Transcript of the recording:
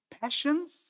passions